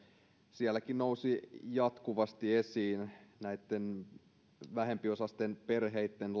sielläkin nousi jatkuvasti esiin näitten vähempiosaisten perheitten